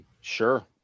sure